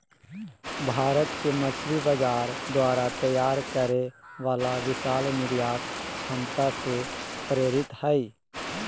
भारत के मछली बाजार द्वारा तैयार करे वाला विशाल निर्यात क्षमता से प्रेरित हइ